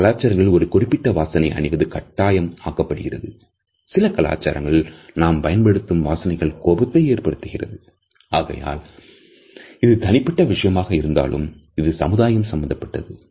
சில கலாச்சாரங்களில் ஒரு குறிப்பிட்ட வாசனை அணிவது கட்டாயம் ஆக்கப்படுகிறது சில கலாச்சாரங்களில் நாம் பயன்படுத்தும் வாசனைகள் கோபத்தைஆகையால் இது தனிப்பட்ட விஷயமாக இருந்தாலும் இது சமுதாயம் சம்பந்தப்பட்டது